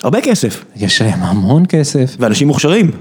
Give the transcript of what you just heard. הרבה כסף. יש להם המון כסף. ואנשים מוכשרים.